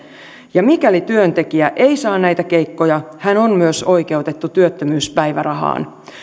ja mikäli työntekijä ei saa näitä keikkoja hän on myös oikeutettu työttömyyspäivärahaan